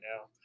now